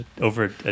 over